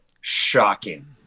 shocking